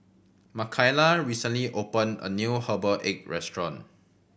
Makaila recently opened a new herbal egg restaurant